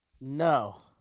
No